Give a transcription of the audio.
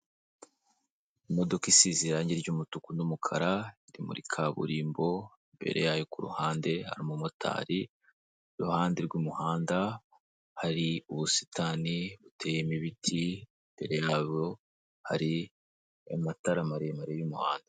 Imodoka isize irangi ry'umutuku n'umukara, iri muri kaburimbo, imbere yayo ku ruhande hari umumotari, iruhande rw'umuhanda hari ubusitani buteyemo ibiti, imbere yabwo hari amatara maremare y'umuhanda.